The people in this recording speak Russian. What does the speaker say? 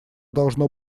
должно